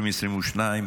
שב-2022,